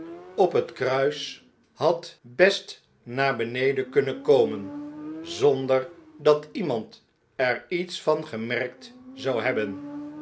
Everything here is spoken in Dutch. op het kruis had best naar beneden kunnen komen zonder dat iemand er iets van gemerkt zou hebben